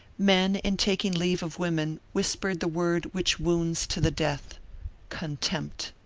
men in taking leave of women whispered the word which wounds to the death contempt.